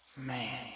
Man